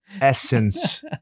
essence